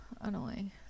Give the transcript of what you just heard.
annoying